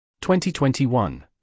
2021